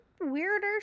weirder